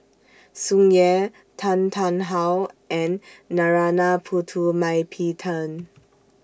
Tsung Yeh Tan Tarn How and Narana Putumaippittan